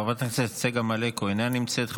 חברת הכנסת צגה מלקו, אינה נמצאת.